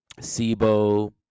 Sibo